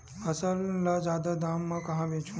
फसल ल जादा दाम म कहां बेचहु?